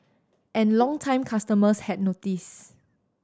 and longtime customers had noticed